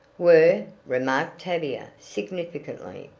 were! remarked tavia significantly.